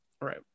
Right